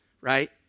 right